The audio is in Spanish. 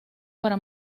para